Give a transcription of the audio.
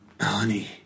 Honey